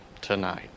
tonight